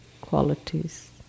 qualities